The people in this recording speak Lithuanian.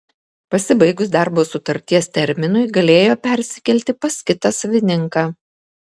pasibaigus darbo sutarties terminui galėjo persikelti pas kitą savininką